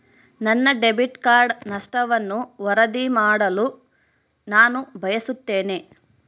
ನನ್ನ debit card ನಷ್ಟವನ್ನು ವರದಿ ಮಾಡಲು ನಾನು ಬಯಸುತ್ತೇನೆ